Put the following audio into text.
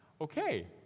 Okay